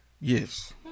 Yes